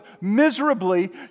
miserably